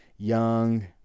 young